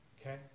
okay